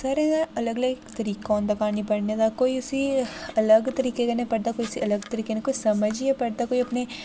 सारें दा अलग अलग तरीका होंदा क्हानी पढ़ने दा कोई उसी अलग तरीके कन्नै पढ़दा कोई उसी अलग तरीके कन्नै कोई समझियै पढ़दा कोई अपने